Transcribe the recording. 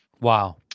wow